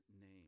name